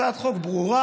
הצעת חוק ברורה,